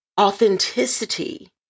authenticity